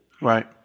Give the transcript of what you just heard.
Right